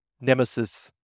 nemesis